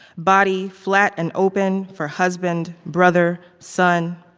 body flat and open for husband, brother, son.